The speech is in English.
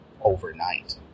overnight